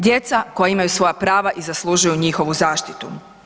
Djeca koja imaju svoja prava i zaslužuju njihovu zaštitu.